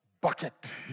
bucket